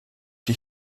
die